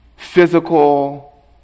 physical